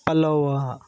ಪಲ್ಲೊವ್ವಾಹ